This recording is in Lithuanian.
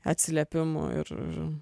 atsiliepimų ir ir